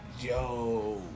yo